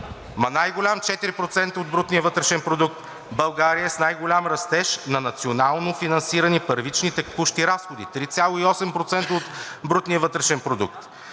Ама най-голям, 4% от брутния вътрешен продукт. България е с най голям растеж на национално финансирани първични текущи разходи – 3,8% от брутния вътрешен продукт!